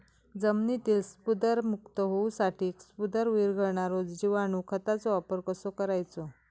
जमिनीतील स्फुदरमुक्त होऊसाठीक स्फुदर वीरघळनारो जिवाणू खताचो वापर कसो करायचो?